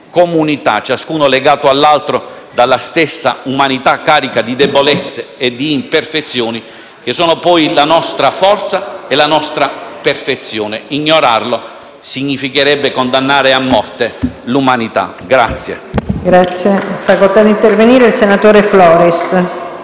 comunità, ciascuno legato all'altro dalla stessa umanità carica di debolezze e di imperfezioni, che sono poi la nostra forza e la nostra perfezione. Ignorarlo significherebbe condannare a morte l'umanità.